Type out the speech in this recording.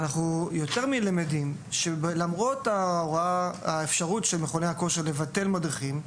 אנחנו יותר מלמדים שלמרות האפשרות של מכוני הכושר לבטל מדריכים,